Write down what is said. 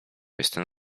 jestem